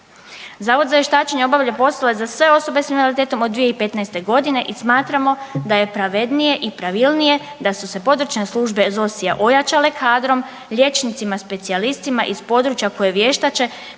Zavod za vještačenje obavlja poslove za sve osobe sa invaliditetom od 2015. godine i smatramo da je pravednije i pravilnije da su se područne službe ZOSI-a ojačale kadrom liječnicima specijalistima iz područja koji vještače